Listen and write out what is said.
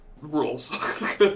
rules